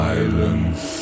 Silence